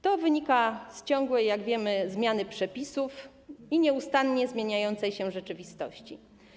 To wynika z ciągłej, jak wiemy, zmiany przepisów i nieustannie zmieniającej się rzeczywistości.